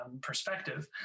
perspective